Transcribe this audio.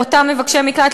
לאותם מבקשי מקלט,